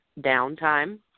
downtime